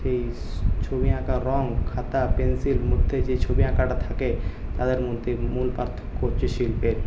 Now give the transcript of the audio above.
সেই ছবি আঁকা রং খাতা পেনসিল মধ্যে যে ছবি আঁকাটা থাকে তাদের মধ্যে মূল করছে শিল্পের